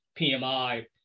PMI